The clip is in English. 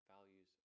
values